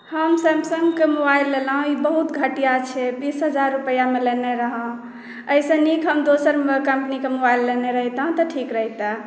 हम सैमसंगके मोबाइल लेलहुँ ई बहुत घटिया छै बीस हजार रुपैआमे लेने रहहुँ एहिसँ नीक हम दोसर कम्पनीके मोबाइल लेने रहितहुँ तऽ ठीक रहिते